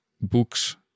books